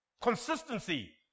consistency